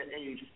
age